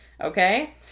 Okay